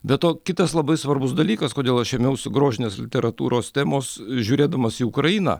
be to kitas labai svarbus dalykas kodėl aš ėmiausi grožinės literatūros temos žiūrėdamas į ukrainą